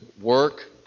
work